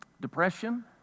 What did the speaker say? depression